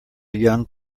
young